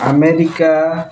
America